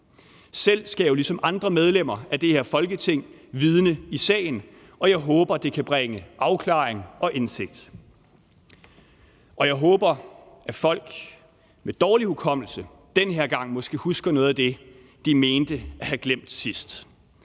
Selv skal jeg jo ligesom andre medlemmer af det her Folketing vidne i sagen, og jeg håber, at det kan bringe afklaring og indsigt. Og jeg håber, at folk med dårlig hukommelse den her gang måske husker noget af det, de mente at have glemt sidst.